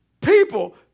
people